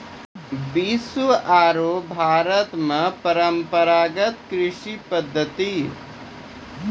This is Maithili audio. विश्व आरो भारत मॅ परंपरागत कृषि पद्धति